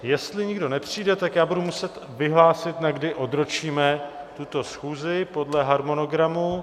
Jestli nikdo nepřijde, budu muset vyhlásit, na kdy odročíme tuto schůzi podle harmonogramu.